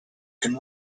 can